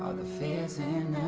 ah the fears and